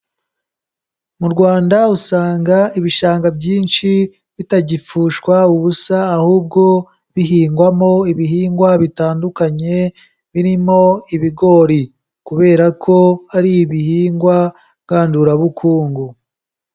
Mu Rwanda usanga ibishanga byinshi bitagipfushwa ubusa ahubwo bihingwamo ibihingwa bitandukanye, birimo ibigori. Kubera ko hari ibihingwa ngandurabukungu.